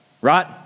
Right